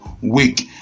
week